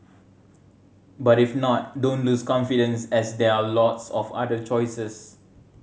but if not don't lose confidence as there are lots of other choices